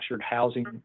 housing